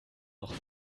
noch